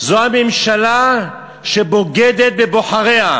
זאת הממשלה שבוגדת בבוחריה.